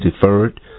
deferred